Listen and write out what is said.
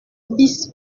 bis